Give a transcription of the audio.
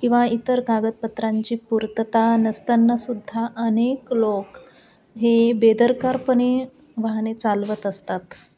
किंवा इतर कागदपत्रांची पुर्तता नसताना सुद्धा अनेक लोक हे बेदरकारपणे वाहने चालवत असतात